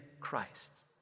Christ